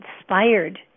inspired